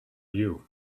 you